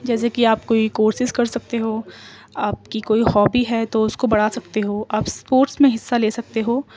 جیسے کہ آپ کوئی کورسسز کر سکتے ہو آپ کی کوئی ہابی ہے تو اس کو بڑھا سکتے ہو آپ اسپورٹس میں حصہ لے سکتے ہو